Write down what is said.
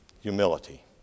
Humility